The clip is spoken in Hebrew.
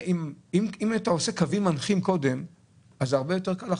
אם אתה עושה קודם קווים מנחים, אחר כך יותר קל.